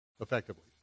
Effectively